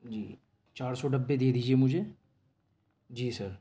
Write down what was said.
جی چار سو ڈبے دے دیجئے مجھے جی سر